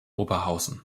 oberhausen